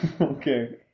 Okay